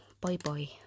Bye-bye